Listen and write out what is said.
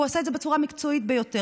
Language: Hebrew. והוא עשה את זה בצורה המקצועית ביותר,